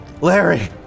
Larry